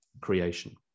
creation